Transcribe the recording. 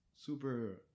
Super